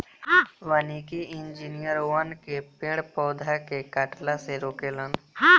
वानिकी इंजिनियर वन में पेड़ पौधा के कटला से रोके लन